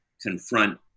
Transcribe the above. confront